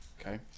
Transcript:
Okay